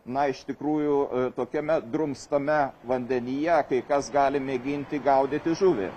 na iš tikrųjų tokiame drumstame vandenyje kai kas gali mėginti gaudyti žuvį